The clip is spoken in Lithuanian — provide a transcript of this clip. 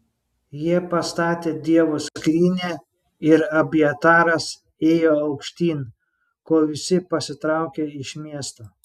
jie pastatė dievo skrynią ir abjataras ėjo aukštyn kol visi pasitraukė iš miesto